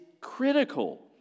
critical